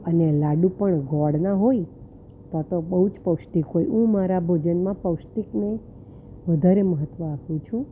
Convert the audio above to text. અને લાડુ પણ ગોળના હોય તો તો બહુ જ પૌષ્ટિક હોય હું મારા ભોજનમાં પૌષ્ટિકને વધારે મહત્વ આપું છું